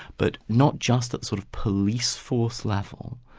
but not just that sort of police force level,